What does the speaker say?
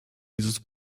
dieses